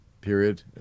period